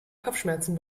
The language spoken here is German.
kopfschmerzen